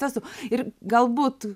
tiesų ir galbūt